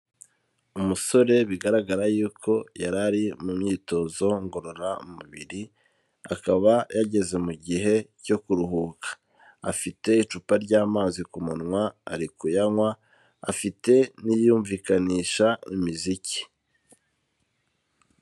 Umusore bigaragara y'uko yari ari mu myitozo ngororamubiri, akaba yageze mu gihe cyo kuruhuka, afite icupa ry'amazi ku munwa, ari kuyanywa, afite n'iyumvikanishamiziki.